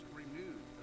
renewed